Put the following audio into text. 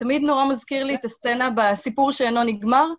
תמיד נורא מזכיר לי את הסצנה בסיפור שאינו נגמר.